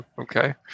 Okay